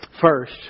First